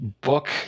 book